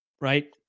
right